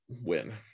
win